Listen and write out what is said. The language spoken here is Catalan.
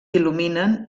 il·luminen